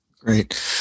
great